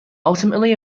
ultimately